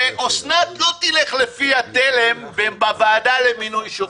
ואוסנת לא תלך בתלם בוועדה למינוי שופטים,